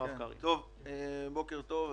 בוקר טוב,